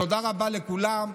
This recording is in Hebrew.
תודה רבה לכולם.